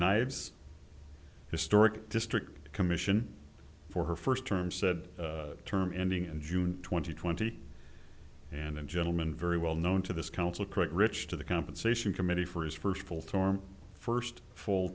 knives historic district commission for her first term said term ending in june twenty twenty and a gentleman very well known to this council quick rich to the compensation committee for his first full term first full